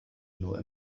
nur